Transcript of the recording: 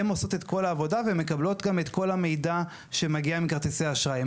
הן עושות את כל העבודה והן מקבלות גם את כל המידע שמגיע מכרטיסי האשראי.